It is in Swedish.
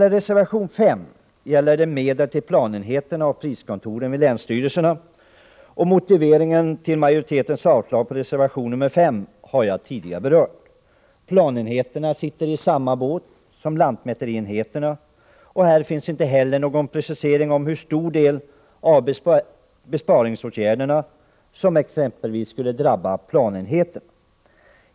Reservation nr 5 gäller medel till planenheterna och priskontoren vid länsstyrelserna. Motiveringen till majoritetens avslag på reservation nr 5 har jag tidigare berört. Planenheterna ”sitter i samma båt” som lantmäterienheterna. Här finns inte heller någon precisering av hur stor del av besparingsåtgärderna som exempelvis skulle drabba planenheterna.